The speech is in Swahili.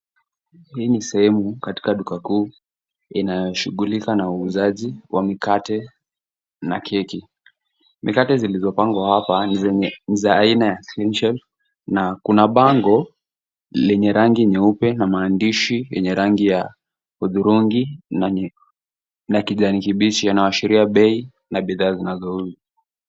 Hii ni sehemu katika duka kuu inayoshughulika na uuzaji wa mikate na keki. Mikate zilizopangwa hapa ni za aina ya CleanShelf na kuna bango lenye rangi nyeupe na maandishi yenye rangi ya hudhurungi na kijani kibichi, yanayoashiria bei na bidhaa zinazouzwa.